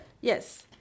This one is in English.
Yes